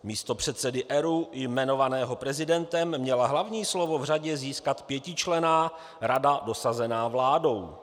Místo předsedy ERÚ jmenovaného prezidentem měla hlavní slovo v řadě získat pětičlenná rada dosazená vládou.